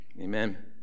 Amen